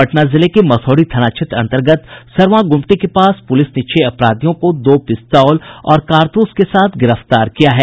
पटना जिले के मसौढ़ी थाना क्षेत्र अंतर्ग सरवां गुमटी के पास पुलिस ने छह अपराधियों को दो पिस्तौल और कारतूस के साथ गिरफ्तार किया है